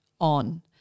on